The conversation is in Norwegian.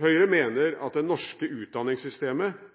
Høyre mener at det norske utdanningssystemet